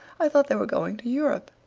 i thought they were going to europe.